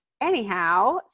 Anyhow